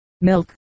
milk